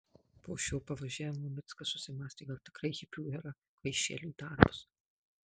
po šio pavažiavimo mickas susimąstė gal tikrai hipių era kvaišelių darbas